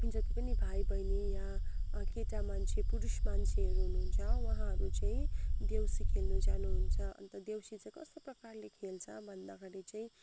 जति पनि भाइ बहिनी या केटा मान्छे पुरुष मान्छेहरू हुनुहुन्छ उहाँहरू चाहिँ देउसे खेल्नु जानुहुन्छ अन्त देउसे चाहिँ कस्तो प्रकारले खेल्छ भन्दाखेरि चाहिँ